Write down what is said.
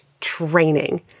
training